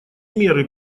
меры